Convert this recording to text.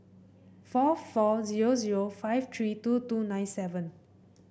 four four zero zero five three two two nine seven